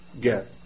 get